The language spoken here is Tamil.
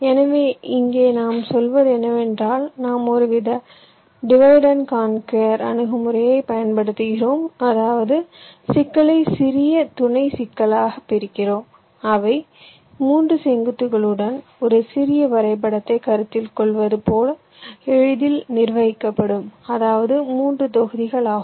எனவே இங்கே நாம் சொல்வது என்னவென்றால் நாம் ஒருவித டிவைட் அண்ட் கான்கியூர் அணுகுமுறையைப் பயன்படுத்துகிறோம் அதாவது சிக்கலை சிறிய துணை சிக்கல்களாகப் பிரிக்கிறோம் அவை 3 செங்குத்துகளுடன் ஒரு சிறிய வரைபடத்தைக் கருத்தில் கொள்வது போல எளிதில் நிர்வகிக்கப்படும் அதாவது 3 தொகுதிகள் ஆகும்